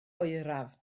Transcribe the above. oeraf